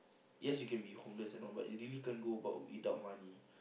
yes you can be homeless and all but you really can't go about without money